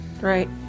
Right